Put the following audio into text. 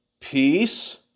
peace